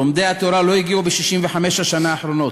לומדי התורה לא הגיעו ב-65 השנה האחרונות,